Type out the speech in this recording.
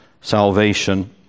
salvation